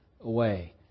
away